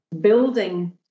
building